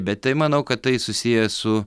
bet tai manau kad tai susiję su